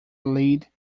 lead